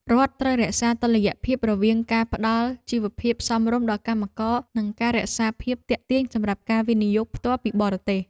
រដ្ឋត្រូវរក្សាតុល្យភាពរវាងការផ្តល់ជីវភាពសមរម្យដល់កម្មករ និងការរក្សាភាពទាក់ទាញសម្រាប់ការវិនិយោគផ្ទាល់ពីបរទេស។